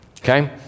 Okay